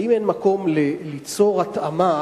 האם אין מקום ליצור התאמה